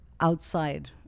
outside